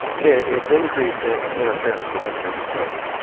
it's increased interference with individual choices.